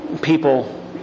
people